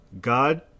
God